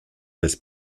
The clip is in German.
als